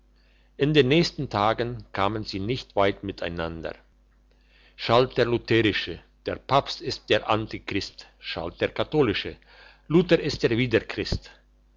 in den ersten tagen kamen sie nicht weit miteinander schalt der lutherische der papst ist der antichrist schalt der katholische luther ist der